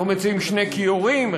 אנחנו מציעים שני כיורים,